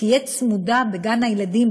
תהיה צמודה בגן הילדים,